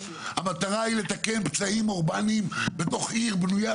המטרה היא לתקן פצעים אורבניים בתוך עיר בנויה,